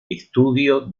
estudio